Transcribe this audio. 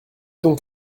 donc